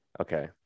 Okay